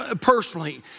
personally